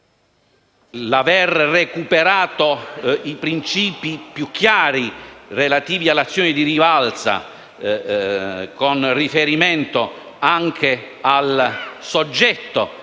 L'aver recuperato principi più chiari relativi all'azione di rivalsa, con riferimento anche al soggetto